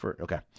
Okay